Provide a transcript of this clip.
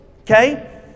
okay